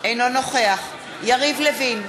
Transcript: אינו נוכח יריב לוין,